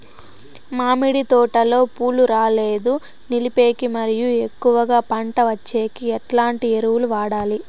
మామిడి తోటలో పూలు రాలేదు నిలిపేకి మరియు ఎక్కువగా పంట వచ్చేకి ఎట్లాంటి ఎరువులు వాడాలి?